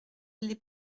les